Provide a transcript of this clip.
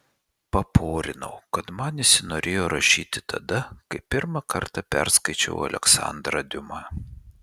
paporinau kad man įsinorėjo rašyti tada kai pirmą kartą perskaičiau aleksandrą diuma